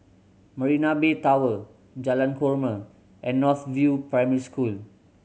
Marina Bay Tower Jalan Korma and North View Primary School